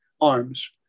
arms